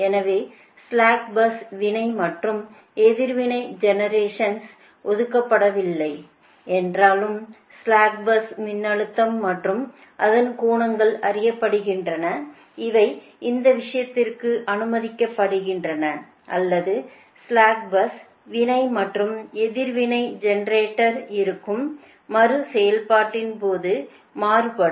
எனவே ஸ்ளாக் பஸ்க்கு வினை மற்றும் எதிர்வினை ஜெனெரேஷன் ஒதுக்கப்படவில்லை என்றாலும் ஸ்ளாக் பஸ்ஸின் மின்னழுத்தம் மற்றும் அதன் கோணங்கள் அறியப்படுகின்றன இவை இந்த விஷயத்திற்கு அனுமதிக்கப்படுகின்றன அல்லது ஸ்ளாக் பஸ் வினை மற்றும் எதிர்வினை ஜெனெரேஷன் இருக்கும் மறு செயல்பாட்டின் போது மாறுபடும்